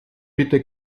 bitte